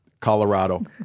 Colorado